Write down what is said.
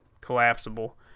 collapsible